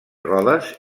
rodes